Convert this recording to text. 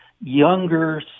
younger